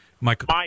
Michael